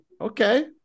okay